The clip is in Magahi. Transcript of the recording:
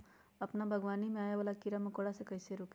अपना बागवानी में आबे वाला किरा मकोरा के कईसे रोकी?